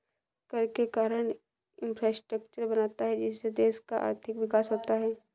कर के कारण है इंफ्रास्ट्रक्चर बनता है जिससे देश का आर्थिक विकास होता है